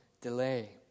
delay